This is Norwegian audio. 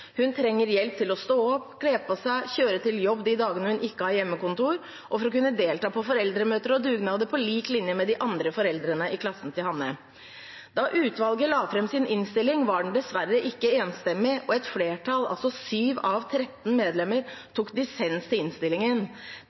Hun trenger hjelp til å stå opp, kle på seg, kjøre til jobb de dagene hun ikke har hjemmekontor, og for å kunne delta på foreldremøter og dugnader på lik linje med de andre foreldrene i klassen til Hanne. Da utvalget la fram sin innstilling, var den dessverre ikke enstemmig, og et flertall, altså 7 av 13 medlemmer, tok dissens til innstillingen.